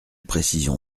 précision